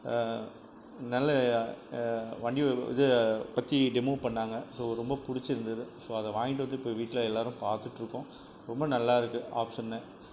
நல்ல வண்டியை இதை பற்றி டெமோ பண்ணாங்க ஸோ ரொம்போ பிடிச்சிருந்துது ஸோ அதை வாங்கிட்டு வந்து இப்போ வீட்டில் எல்லாரும் பார்த்துட்ருக்கோம் ரொம்ப நல்லாயிருக்கு ஆப்ஷன்னு